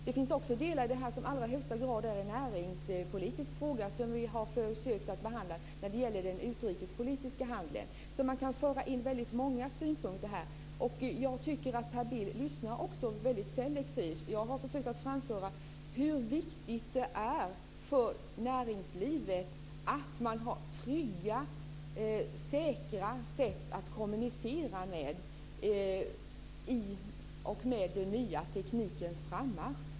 Det finns också delar i den som i allra högsta grad är näringspolitiska och som vi har försökt att behandla från en utrikeshandelsaspekt. Man kan alltså föra in väldigt många synpunkter på detta. Jag tycker att Per Bill lyssnar väldigt selektivt. Jag har försökt framföra hur viktigt det är för näringslivet att ha trygga och säkra sätt för kommunikation i samband med den nya teknikens frammarsch.